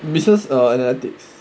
business uh analytics